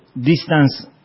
distance